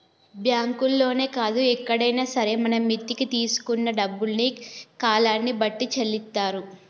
బ్యాంకుల్లోనే కాదు ఎక్కడైనా సరే మనం మిత్తికి తీసుకున్న డబ్బుల్ని కాలాన్ని బట్టి చెల్లిత్తారు